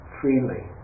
freely